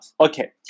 Okay